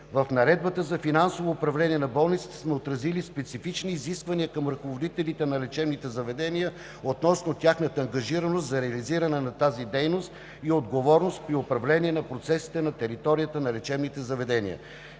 В Наредбата за финансово управление на болниците сме отразили специфични изисквания към ръководителите на лечебните заведения относно тяхната ангажираност за реализиране на тази дейност и отговорност при управление на процесите на територията на лечебните заведения.